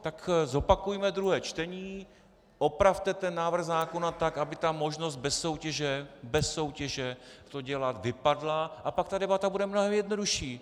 Tak zopakujme druhé čtení, opravte ten návrh zákona tak, aby ta možnost bez soutěže, bez soutěže to dělat, vypadla, a pak ta debata bude mnohem jednodušší.